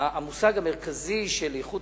המושג המרכזי של איכות